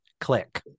Click